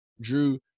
Drew